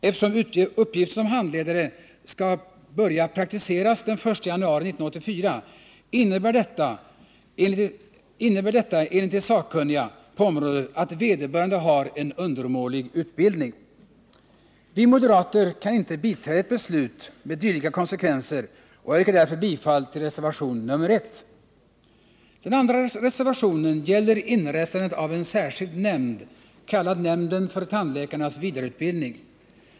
Eftersom uppgiften som handledare skall börja praktiseras den 1 januari 1984, innebär detta enligt de sakkunniga på området att vederbörande har en undermålig utbildning. Vi moderater kan inte biträda ett beslut med dylika konsekvenser, och jag yrkar därför bifall till reservationen 1. Den andra reservationen gäller inrättandet av en särskild nämnd, kallad nämnden för tandläkarnas vidareutbildning.